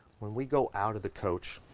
when we go out of the coach,